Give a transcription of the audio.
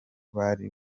bari